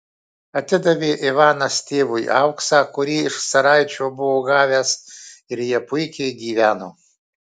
atidavė ivanas tėvui auksą kurį iš caraičio buvo gavęs ir jie puikiai gyveno